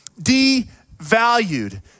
devalued